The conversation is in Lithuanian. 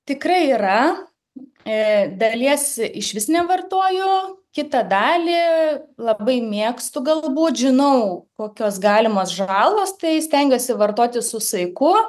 tikrai yra ee dalies išvis nevartoju kitą dalį labai mėgstu galbūt žinau kokios galimos žalos tai stengiuosi vartoti su saiku